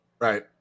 Right